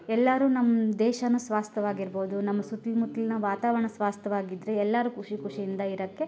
ಎಲ್ಲಾರು ನಮ್ಮ ದೇಶನ ಸ್ವಾಸ್ಥವಾಗಿರ್ಬೋದು ನಮ್ಮ ಸುತ್ಲ್ಮುತ್ತಲಿನ ವಾತಾವರಣ ಸ್ವಾಸ್ಥವಾಗಿದ್ದರೆ ಎಲ್ಲಾರು ಖುಷಿ ಖುಷಿಯಿಂದ ಇರಕ್ಕೆ